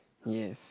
yes